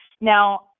now